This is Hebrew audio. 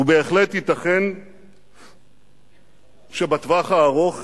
ובהחלט ייתכן שבטווח הארוך